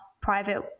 private